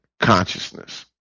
consciousness